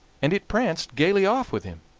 and it pranced gaily off with him.